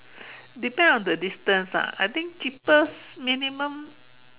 depend on the distance lah I think cheapest minimum